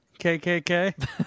KKK